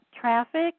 traffic